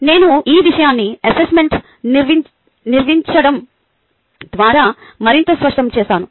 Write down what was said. నేను ఈ విషయాన్ని అసెస్మెంట్ నిర్వచించడం ద్వారా మరింత స్పష్టం చేస్తాను